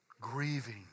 Grieving